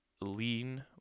lean